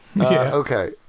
Okay